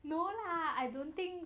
no lah I don't think